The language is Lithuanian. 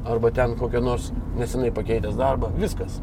arba ten kokia nors neseniai pakeitęs darbą viskas